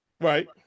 Right